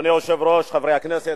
אדוני היושב-ראש, חברי הכנסת,